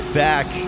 back